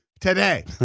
today